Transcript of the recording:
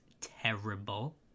terrible